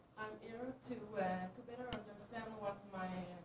here to to better understand what my